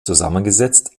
zusammengesetzt